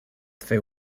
fer